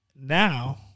Now